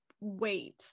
wait